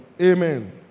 Amen